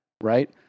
right